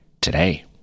today